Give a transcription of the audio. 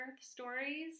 stories